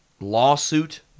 lawsuit